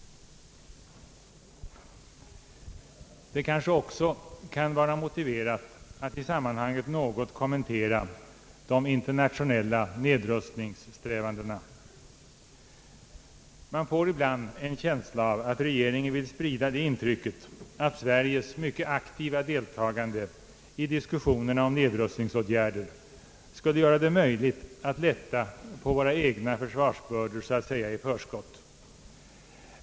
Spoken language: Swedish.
Det kan kanske också vara motiverat att i detta sammanhang något kommentera de internationella nedrustningssträvandena. Man får ibland en känsla av att regeringen vill sprida det intrycket, att Sveriges mycket aktiva deltagande i diskussionerna om nedrustningsåtgärder skulle göra det möjligt att, så att säga i förskott, lätta på våra egna försvarsbördor.